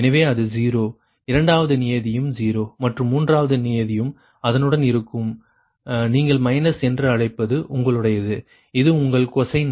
எனவே அது 0 இரண்டாவது நியதியும் 0 மற்றும் மூன்றாவது நியதியும் அதனுடன் இருக்கும் நீங்கள் மைனஸ் என்று அழைப்பது உங்களுடையது இது உங்கள் கொசைன்